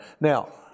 now